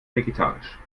vegetarisch